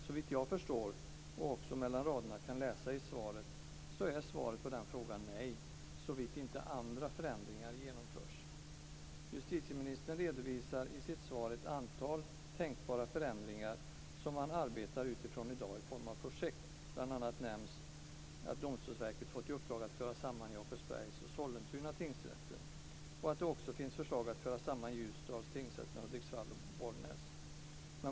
Såvitt jag förstår, och mellan raderna kan läsa i svaret, är svaret på den frågan nej - Justitieministern redovisar i sitt svar ett antal tänkbara förändringar som man i dag arbetar utifrån i form av projekt. Bl.a. nämns att Domstolsverket har fått i uppdrag att föra samman Jakobsbergs och Sollentuna tingsrätter och att det också finns förslag om att föra samman Ljusdals tingsrätt med Hudiksvalls eller Bollnäs tingsrätt.